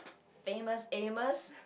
Famous-Amos